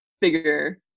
bigger